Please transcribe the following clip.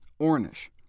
Ornish